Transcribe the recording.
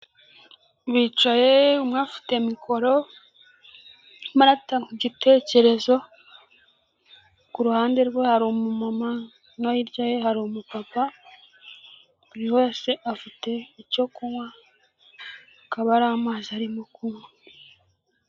Bicaye umwe afite mikoro arimo aratanga igitekerezo kuruhande rwe hari umama no hirya ye hari umupapa buri wese afite icyo kunywa akaba ari amazi arimo kunywa.